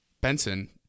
Benson